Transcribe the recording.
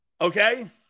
okay